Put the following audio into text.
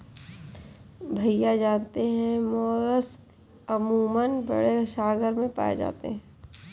भैया जानते हैं मोलस्क अमूमन बड़े सागर में पाए जाते हैं